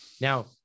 now